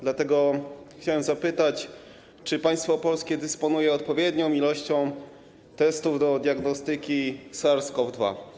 Dlatego chciałbym zapytać, czy państwo polskie dysponuje odpowiednią ilością testów do diagnostyki SARS-CoV-2.